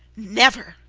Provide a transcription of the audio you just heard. never.